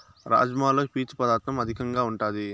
రాజ్మాలో పీచు పదార్ధం అధికంగా ఉంటాది